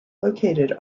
located